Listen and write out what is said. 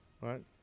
right